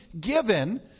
given